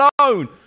alone